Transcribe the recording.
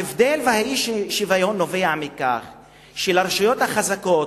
ההבדל והאי-שוויון נובעים מכך שלרשויות החזקות,